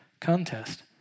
contest